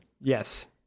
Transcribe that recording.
Yes